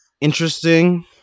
interesting